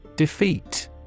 Defeat